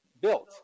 built